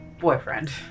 boyfriend